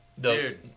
Dude